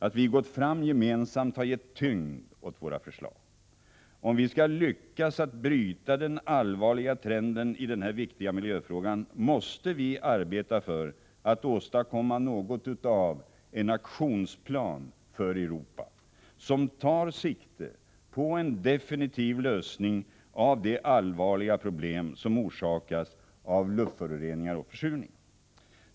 Att vi gått fram gemensamt har gett tyngd åt våra förslag. Om vi skall lyckas att bryta den allvarliga trenden i denna viktiga miljöfråga måste vi arbeta för att åstadkomma något av en aktionsplan för Europa, som tar sikte på en definitiv lösning av de allvarliga problem som orsakas av luftföroreningar och försurning.